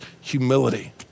humility